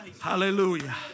Hallelujah